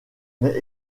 mais